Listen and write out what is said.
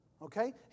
Okay